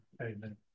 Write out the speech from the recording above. Amen